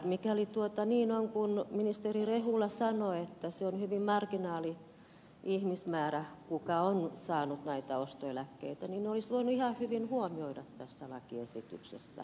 mikäli niin on kuin ministeri rehula sanoi että se on hyvin marginaalinen ihmismäärä joka on saanut näitä ostoeläkkeitä niin ne olisi voinut ihan hyvin huomioida tässä lakiesityksessä ymmärtääkseni